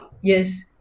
Yes